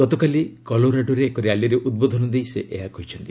ଗତକାଲି କଲୋରାଡୋରେ ଏକ ର୍ୟାଲିରେ ଉଦ୍ବୋଧନ ଦେଇ ସେ ଏହା କହିଛନ୍ତି